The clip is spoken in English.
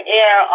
air